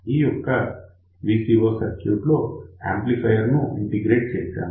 ఈ యొక్క VCO circuit లో యాంప్లిఫయర్ ను ఇంటిగ్రేట్ చేశాము